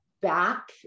Back